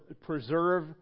preserve